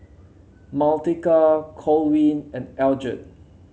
Martika Corwin and Eldred